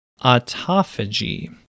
autophagy